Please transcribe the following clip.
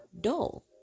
dull